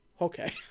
Okay